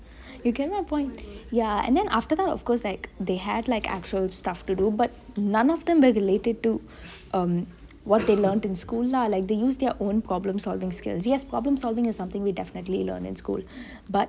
you get my point ya and then after that of course lah they had actual stuff to do but none them were related to what they learned in school lah like they used their own problem skills yes problem solving is something we definitely learn in school but